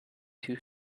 too